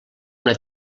una